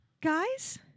Guys